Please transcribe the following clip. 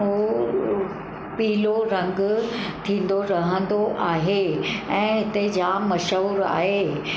उहो पीलो रंग थींदो रहंदो आहे ऐं हिते जाम मशहूरु आहे